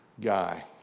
guy